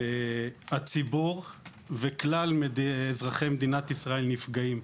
הציבור וכלל אזרחי מדינת ישראל נפגעים.